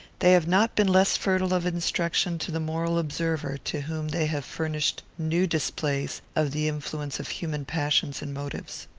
they have not been less fertile of instruction to the moral observer, to whom they have furnished new displays of the influence of human passions and motives.